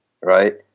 right